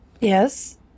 Yes